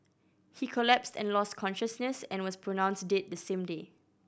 he collapsed and lost consciousness and was pronounced dead the same day